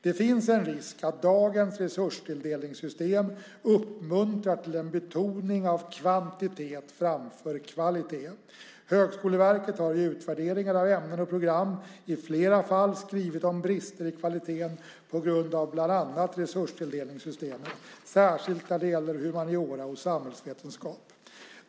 Det finns en risk att dagens resurstilldelningssystem uppmuntrar till en betoning av kvantitet framför kvalitet. Högskoleverket har i utvärderingar av ämnen och program i flera fall skrivit om brister i kvaliteten på grund av bland annat resurstilldelningssystemet, särskilt när det gäller humaniora och samhällsvetenskap.